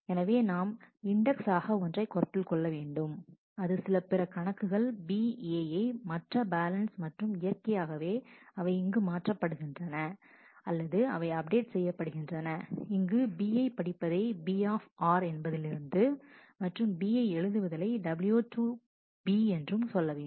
எனவே நாம் இன்டெக்ஸ் ஆக ஒன்றை கருத்தில் கொள்ள வேண்டும் அது சில பிற கணக்குகள் B A யை மற்ற பேலன்ஸ் மற்றும் இயற்கையாகவே அவை இங்கு மாற்றப்படுகின்றன அல்லது அவை அப்டேட் செய்யபடுகின்றனஇங்கு B யை படிப்பதை B r என்பதிலிருந்து மற்றும் B யை எழுதுவதை W to B என்றும் சொல்லவேண்டும்